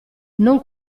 non